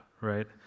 right